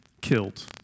killed